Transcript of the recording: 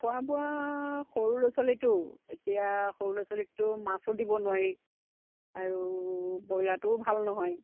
খোৱা বোৱা সৰু ল'ৰা ছোৱালীটো এতিয়া সৰু ল'ৰা ছোৱালীকতো মাছো দিব নোৱাৰি আৰু ব্ৰইলাৰটোও ভাল নহয়